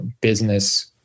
business